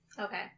Okay